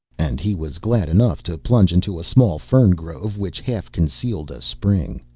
and he was glad enough to plunge into a small fern grove which half-concealed a spring.